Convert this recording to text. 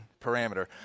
parameter